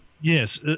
Yes